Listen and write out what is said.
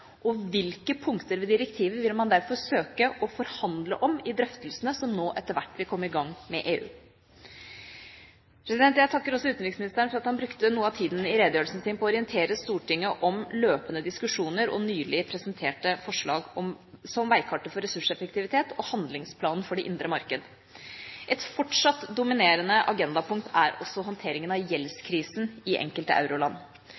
og hvilke punkter ved direktivet vil man derfor søke å forhandle om i drøftelsene som nå etter hvert vil komme i gang med EU? Jeg takker også utenriksministeren for at han brukte noe av tida i redegjørelsen sin på å orientere Stortinget om løpende diskusjoner og nylig presenterte forslag, som veikartet for ressurseffektivitet og handlingsplanen for det indre marked. Et fortsatt dominerende agendapunkt er også håndteringen av